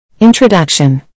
Introduction